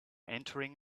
entering